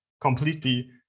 completely